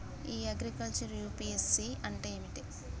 ఇ agriculture UPSC అంటే ఏమిటి?